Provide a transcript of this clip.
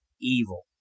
evil